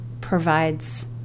provides